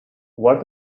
where